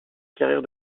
carrière